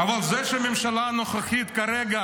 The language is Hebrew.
אבל זה שהממשלה הנוכחית כרגע